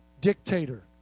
dictator